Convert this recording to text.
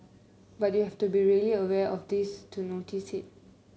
but you have to be really aware of this to notice it